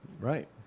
right